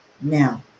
now